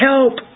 Help